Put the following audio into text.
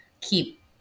keep